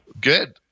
Good